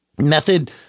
method